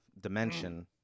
dimension